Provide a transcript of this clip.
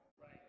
Right